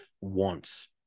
wants